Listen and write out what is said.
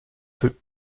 peu